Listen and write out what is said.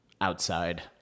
outside